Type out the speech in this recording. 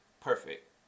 perfect